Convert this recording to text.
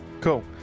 cool